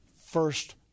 first